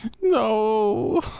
No